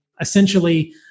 essentially